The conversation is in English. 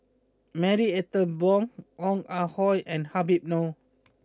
Marie Ethel Bong Ong Ah Hoi and Habib Noh